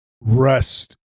Rest